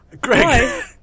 Greg